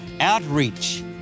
outreach